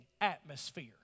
atmosphere